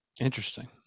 Interesting